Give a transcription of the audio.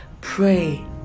pray